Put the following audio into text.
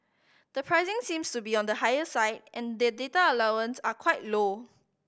the pricing seems to be on the higher side and day data allowance are quite low